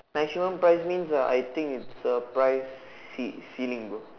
maximum price means ah I think it's the price cei~ ceiling bro